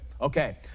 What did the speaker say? Okay